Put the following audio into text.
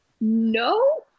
no